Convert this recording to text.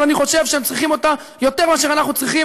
אבל אני חושב שהם צריכים אותה יותר מאשר אנחנו צריכים.